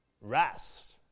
rest